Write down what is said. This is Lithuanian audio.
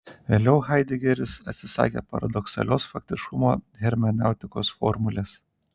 vėliau haidegeris atsisakė paradoksalios faktiškumo hermeneutikos formulės